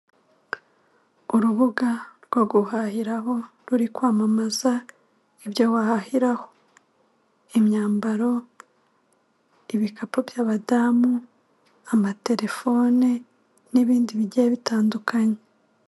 Urubuga rwo guhahiraho ruri kwamamaza ibyo wahiraho. Imyambaro, ibikapu by'abadamu, amatelefone, n'ibindi bigiye bitandukanye.